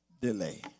delay